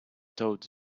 toad